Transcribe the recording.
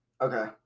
Okay